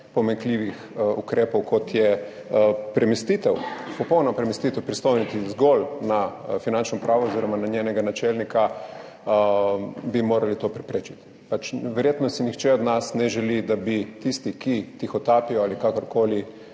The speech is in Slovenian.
pomanjkljivih ukrepov, kot je premestitev, popolna premestitev pristojnosti zgolj na Finančno upravo oziroma na njenega načelnika, bi morali to preprečiti. Verjetno si nihče od nas ne želi, da bi bili tisti, ki tihotapijo ali kakorkoli